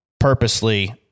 purposely